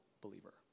believer